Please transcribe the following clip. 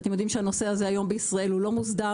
אתם יודעים שהנושא הזה לא מוסדר היום בישראל.